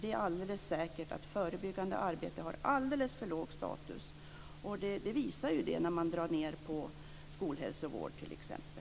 Det är alldeles säkert att förebyggande arbete har alldeles för låg status. Det visar sig ju när man drar ned på skolhälsovård t.ex.